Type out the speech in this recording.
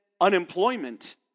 unemployment